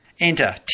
Enter